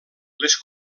les